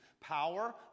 power